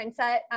mindset